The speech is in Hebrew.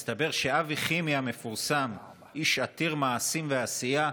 מסתבר שאבי חימי המפורסם, איש עתיר מעשים ועשייה,